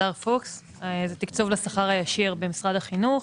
זה תקצוב לשכר הישיר במשרד החינוך,